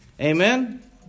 Amen